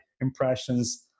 impressions